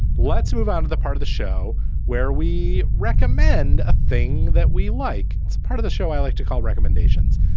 let's move on to the part of the show where we recommend a thing that we like. it's part of the show i like to call recommendations.